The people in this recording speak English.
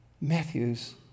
Matthew's